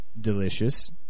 delicious